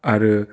आरो